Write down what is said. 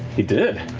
he did.